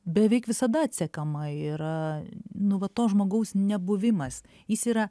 beveik visada atsekama yra nu va to žmogaus nebuvimas jis yra